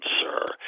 sir